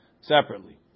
separately